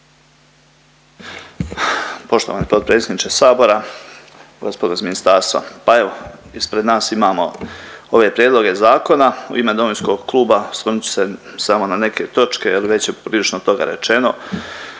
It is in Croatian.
Poštovani potpredsjedniče sabora. Gospodo iz ministarstva, pa evo ispred nas imamo ove prijedloge zakona. U ime domovinskog kluba osvrnut ću se samo na neke točke jel, već je prilično toga rečeno.